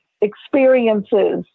experiences